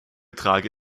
trage